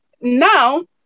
now